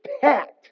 packed